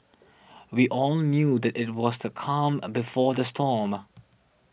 we all knew that it was the calm before the storm